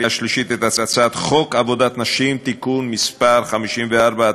שלישית את הצעת חוק עבודת נשים (תיקון מס' 54),